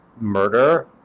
murder